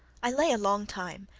i lay a long time,